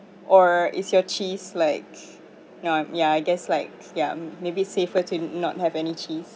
or is your cheese like ya ya I guess like siam maybe safer to not have any cheese